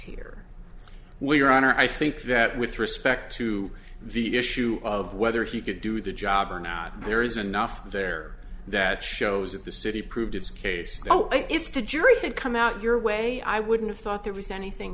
here well your honor i think that with respect to the issue of whether he could do the job or not there is enough there that shows that the city proved its case so if the jury could come out your way i wouldn't have thought there was anything